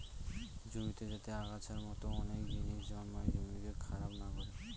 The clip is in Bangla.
জমিতে যাতে আগাছার মতো অনেক জিনিস জন্মায় জমিকে খারাপ না করে